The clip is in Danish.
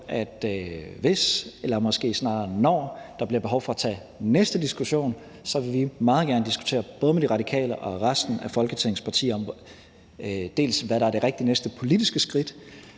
at hvis eller måske snarere når, der bliver behov for at tage den næste diskussion, vil vi meget gerne diskutere både med De Radikale og resten af Folketingets partier, dels hvad der er det rigtige næste politiske skridt,